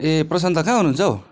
ए प्रशान्त दादा कहाँ हुनुहुन्छ हौ